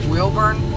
Wilburn